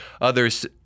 others